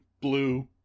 Blue